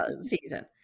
Season